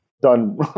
done